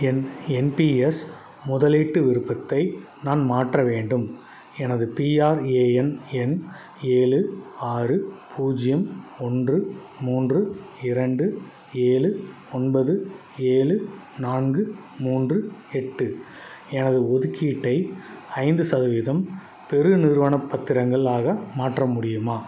என் N P S முதலீட்டு விருப்பத்தை நான் மாற்ற வேண்டும் எனது பிஆர்ஏஎன் எண் ஏழு ஆறு பூஜ்ஜியம் ஒன்று மூன்று இரண்டு ஏழு ஒன்பது ஏழு நான்கு மூன்று எட்டு எனது ஒதுக்கீட்டை ஐந்து சதவீதம் பெருநிறுவனப் பத்திரங்கள் ஆக மாற்ற முடியுமா